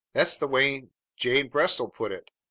that's the way jane bristol put it,